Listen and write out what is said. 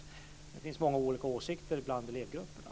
Det finns många olika åsikter bland elevgrupperna.